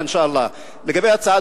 בהצלחה בעזרת האל.) לגבי ההצעה,